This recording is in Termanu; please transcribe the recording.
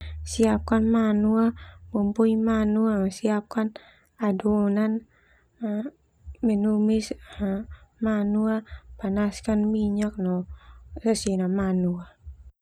Siapkan manu, bumbui manu, siapkan adonan, menunis manu, panaskan mina no sesena manu ah.